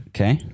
Okay